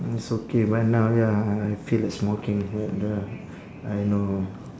it's okay man now ya I I feel like smoking ya ya I know